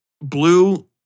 blue